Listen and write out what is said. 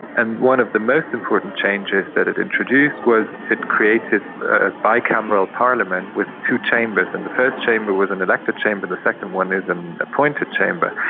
and one of the most important changes that it introduced was it created a bicameral parliament with two chambers. and the first chamber was an elected chamber the second one is an appointed chamber.